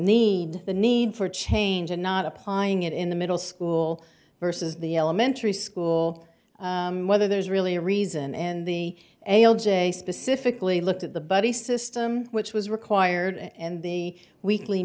need the need for change or not applying it in the middle school versus the elementary school whether there is really a reason and the a l j specifically looked at the buddy system which was required and the weekly